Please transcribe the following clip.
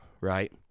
right